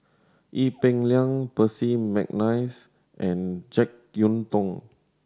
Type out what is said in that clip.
Ee Peng Liang Percy McNeice and Jek Yeun Thong